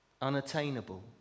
Unattainable